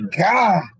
god